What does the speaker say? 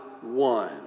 one